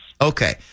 Okay